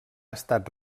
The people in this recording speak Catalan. estat